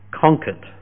conquered